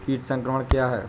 कीट संक्रमण क्या है?